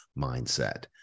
mindset